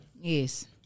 Yes